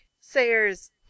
Sayers